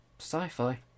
sci-fi